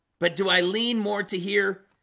but do i lean more to here?